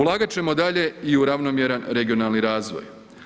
Ulagat ćemo dalje i u ravnomjeran regionalni razvoj.